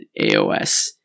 aos